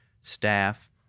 staff